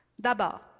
D'abord